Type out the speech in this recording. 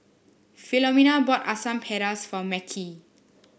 Philomena bought Asam Pedas for Mekhi